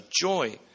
joy